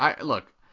Look